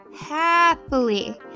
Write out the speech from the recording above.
Happily